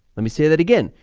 let me say that again,